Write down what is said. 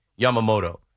Yamamoto